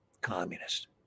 communist